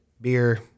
beer